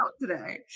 today